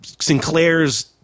sinclair's